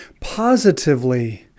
Positively